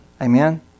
Amen